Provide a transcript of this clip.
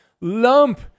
lump